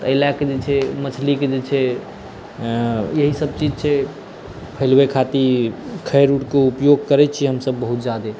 एहिलेल के जे छै मछली के जे छै एहिसब चीज छै फैलबै खातिर खैर आर के उपयोग करै छियै हमसब बहुत जादे